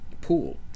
pool